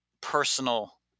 personal